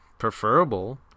preferable